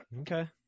okay